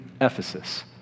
Ephesus